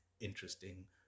interesting